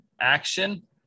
action